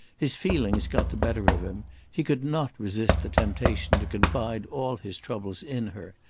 his feelings got the better of him he could not resist the temptation to confide all his troubles in her,